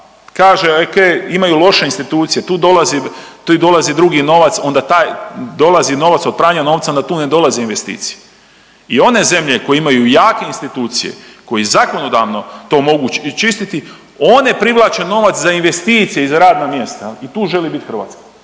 imaju loše institucije, tu dolazi drugi novac, onda taj dolazi novac od pranja novca, onda tu ne dolaze investicije i one zemlje koje imaju jake institucije, koje zakonodavno to mogu očistiti, one privlače novac za investicije i za radna mjesta. Tu želi biti Hrvatska,